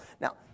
Now